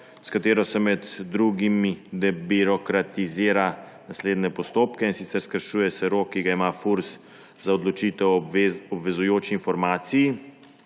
s katero se med drugim debirokratizira naslednje postopke. In sicer: skrajšuje se rok, ki ga ima Furs za odločitev o obvezujoči informaciji;